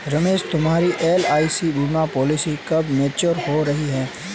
रमेश तुम्हारी एल.आई.सी बीमा पॉलिसी कब मैच्योर हो रही है?